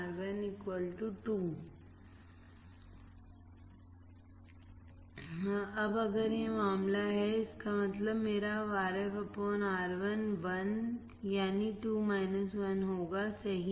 2 1 Rf Ri अब अगर यह मामला है इसका मतलब है मेरा Rf Ri Ri 1 2 1होगा सही